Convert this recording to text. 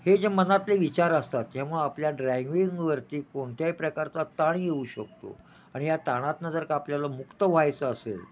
हे जे मनातले विचार असतात ह्यामुळं आपल्या ड्रायविंगवरती कोणत्याही प्रकारचा ताण येऊ शकतो आणि या ताणातून जर का आपल्याला मुक्त व्हायचं असेल